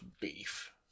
beef